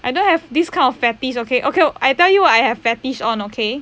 I don't have this kind of fetish okay okay I tell you what I have fetish on okay